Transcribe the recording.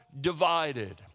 divided